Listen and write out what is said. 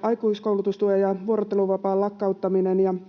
aikuiskoulutustuen ja vuorotteluvapaan lakkauttaminen